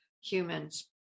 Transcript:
human's